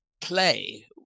play